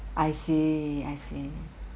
I see I see